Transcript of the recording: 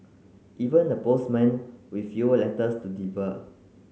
even the postmen with fewer letters to